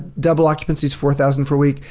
double occupancy is four thousand for a week,